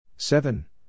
Seven